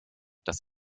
das